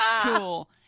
Cool